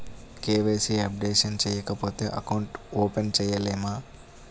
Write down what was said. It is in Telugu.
కే.వై.సి అప్డేషన్ చేయకపోతే అకౌంట్ ఓపెన్ చేయలేమా?